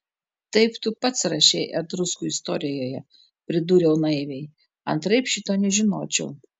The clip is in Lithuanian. taip tu pats rašei etruskų istorijoje pridūriau naiviai antraip šito nežinočiau